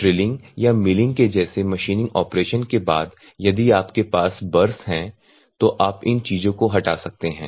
drilling या milling के जैसे मशीनिंग ऑपरेशन के बाद यदि आपके पास कोई बर्स है तो आप इन चीजों को हटा सकते हैं